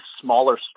smaller